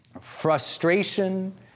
frustration